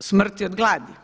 smrti od gladi.